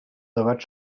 debat